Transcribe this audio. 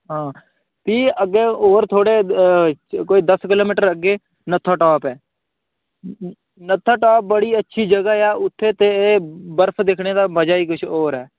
हां भी अग्गें होर थोह्ड़े कोई दस्स किलोमीटर अग्गें नत्थाटाप ऐ नत्थाटाप बड़ी अच्छी जगह् ऐ उत्थै ते बर्फ दिक्खने दा मजा ई किश होर ऐ